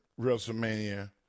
WrestleMania